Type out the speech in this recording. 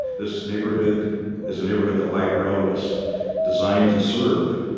this neighborhood is a neighborhood that light rail was designed to serve.